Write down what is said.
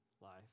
Life